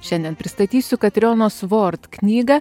šiandien pristatysiu katrionos vord knygą